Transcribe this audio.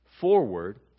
forward